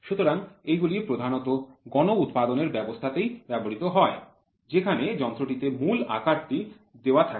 সুতরাং এগুলি প্রধানত গণ উৎপাদনের ব্যবস্থাতেই ব্যবহৃত হয় যেখানে যন্ত্রটিতে মূল আকারটি দেওয়া থাকে